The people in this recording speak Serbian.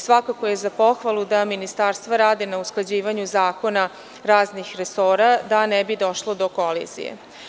Svakako je za pohvalu da ministarstva rade na usklađivanju zakona raznih resora, da ne bi došlo do kolizije.